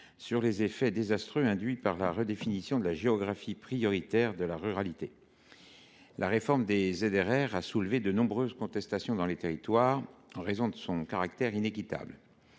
sur les effets désastreux induits par la redéfinition de la géographie prioritaire de la ruralité. La réforme des zones de revitalisation rurale (ZRR) a soulevé de nombreuses contestations dans les territoires en raison de son caractère inéquitable.